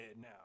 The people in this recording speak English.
now